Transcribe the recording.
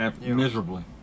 Miserably